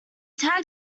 tag